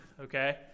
okay